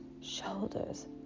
shoulders